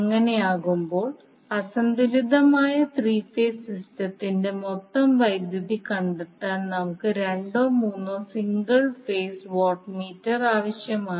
അങ്ങനെയാകുമ്പോൾ അസന്തുലിതമായ three phase സിസ്റ്റത്തിന്റെ മൊത്തം വൈദ്യുതി കണ്ടെത്താൻ നമുക്ക് രണ്ടോ മൂന്നോ സിംഗിൾ ഫേസ് വാട്ട് മീറ്റർ ആവശ്യമാണ്